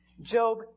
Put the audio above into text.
Job